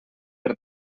per